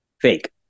Fake